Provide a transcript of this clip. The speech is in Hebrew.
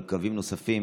על קווים נוספים